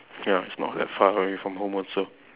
ya it's not that far away from here from home also